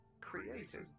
Created